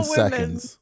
seconds